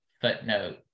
footnote